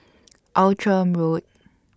Outram Road